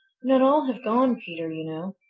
not all have gone, peter, you know,